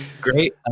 great